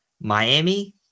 Miami